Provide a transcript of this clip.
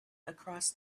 across